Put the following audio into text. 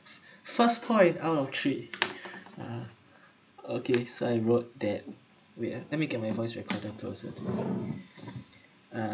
first point out of three ah okay say wrote that wait ah let me get my voice recorder closer to me ah